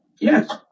Yes